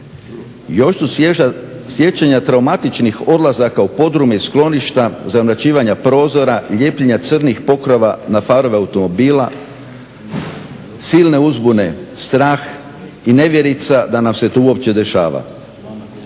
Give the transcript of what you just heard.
svježa sjećanja traumatičnih odlazaka u podrume i skloništa, zamračivanja prozora, lijepljenja crnih pokrova na farove automobila, silne uzbune, strah i nevjerica da nam se to uopće dešava.